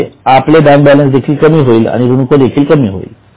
म्हणजे आपले bank balance देखील कमी होईल आणि ऋणको देखील कमी होतील